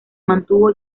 mantuvo